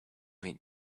mean